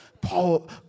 Paul